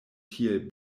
tiel